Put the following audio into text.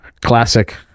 classic